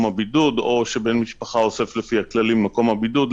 הבידוד או שבן משפחה אוסף לפי הכללים למקום הבידוד.